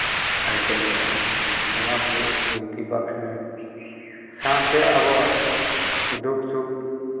ᱟᱹᱨᱤᱪᱟᱹᱞᱤ ᱨᱮᱱᱟᱜ ᱵᱚᱸᱜᱟᱼᱵᱩᱨᱩ ᱵᱤᱱᱛᱤ ᱵᱟᱸᱠᱷᱮᱲ ᱥᱟᱶᱛᱮ ᱟᱵᱚᱣᱟᱜ ᱫᱩᱠᱷ ᱥᱩᱠᱷ